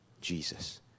Jesus